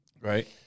Right